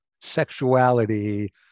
sexuality